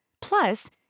Plus